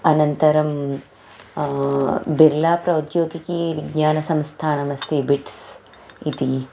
अनन्तरं बिर्ला प्रौद्योगिकीविज्ञानसंस्थानमस्ति बिट्स् इति